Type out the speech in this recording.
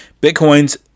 Bitcoin's